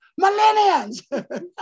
millennials